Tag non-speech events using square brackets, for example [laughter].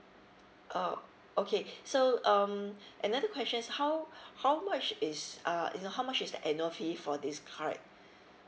oh okay [breath] so um [breath] another question's how [breath] how much is uh you know how much is the annual fee for this card [breath]